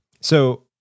So-